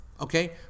okay